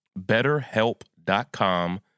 BetterHelp.com